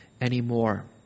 anymore